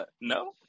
No